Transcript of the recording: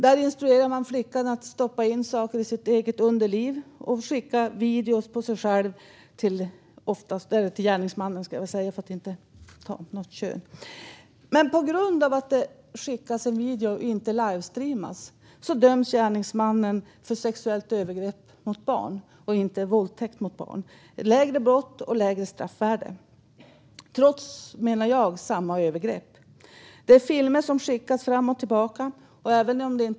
Där instrueras flickan att stoppa in saker i sitt eget underliv och skicka videor av sig själv till gärningsmannen. På grund av att det skickas en video och inte sker en livestreamning döms gärningsmannen för sexuellt övergrepp mot barn, inte för våldtäkt mot barn - ett brott med lägre straffvärde. Jag menar att det är samma övergrepp. Filmer skickas fram och tillbaka.